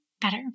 better